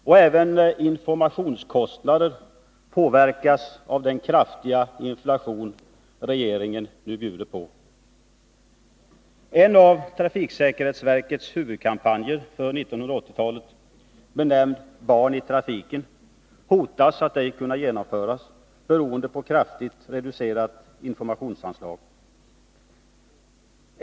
Och även informationskostnader påverkas av den kraftiga inflation regeringen nu bjuder på. En av trafiksäkerhetsverkets huvudkampanjer för 1980-talet, benämnd ”Barn i trafiken”, kommer kanske ej att kunna genomföras, på grund av kraftigt reducerat informationsanslag.